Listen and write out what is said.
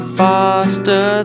faster